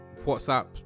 whatsapp